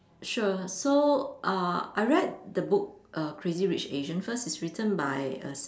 sure so uh I read the book err Crazy-Rich-Asians first it's written by a